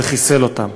וחיסל אותם.